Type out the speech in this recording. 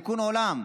תיקון עולם.